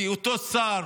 כי אותו שר